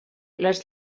les